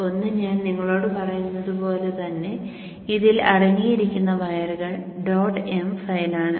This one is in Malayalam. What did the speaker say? ഒന്ന് ഞാൻ നിങ്ങളോട് പറയുന്നതുപോലെ ഇതിൽ അടങ്ങിയിരിക്കുന്ന വയറുകൾ ഡോട്ട് m ഫയൽ ആണ്